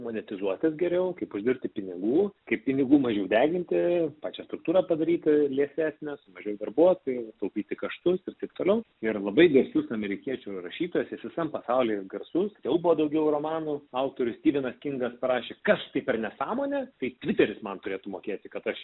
modernizuotis geriau kaip uždirbti pinigų kiek pinigų mažiau deginti pačią struktūrą padaryti liesesnis mažiau darbuotojų taupyti kaštus ir taip toliau ir labai nesiųs amerikiečių rašytasis visam pasaulyje garsus siaubo daugiau romanų autorius styvenas kingas rašė kas tai per nesąmonė piteris man turėtų mokėti kad aš